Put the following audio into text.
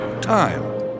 time